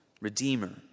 redeemer